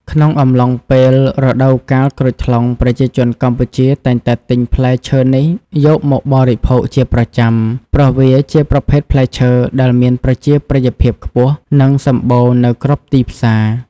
ក្នុងអំឡុងពេលរដូវកាលក្រូចថ្លុង ប្រជាជនកម្ពុជាតែងតែទិញផ្លែឈើនេះយកមកបរិភោគជាប្រចាំ ព្រោះវាជាប្រភេទផ្លែឈើដែលមានប្រជាប្រិយភាពខ្ពស់ និងសម្បូរនៅគ្រប់ទីផ្សារ។